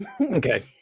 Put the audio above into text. okay